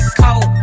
cold